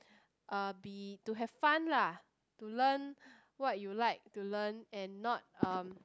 uh be to have fun lah to learn what you like to learn and not um